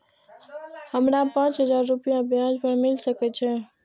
हमरा पाँच हजार रुपया ब्याज पर मिल सके छे?